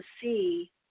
see